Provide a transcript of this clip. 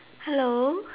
hello